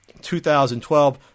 2012